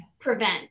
prevent